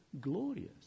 glorious